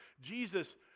Jesus